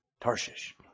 Tarshish